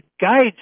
guides